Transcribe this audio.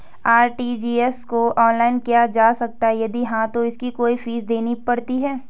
RTGS को online किया जा सकता है यदि हाँ तो इसकी कोई फीस देनी पड़ती है?